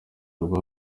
rwa